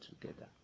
together